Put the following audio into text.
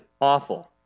awful